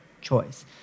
choice